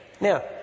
Now